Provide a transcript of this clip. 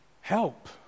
help